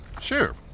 Sure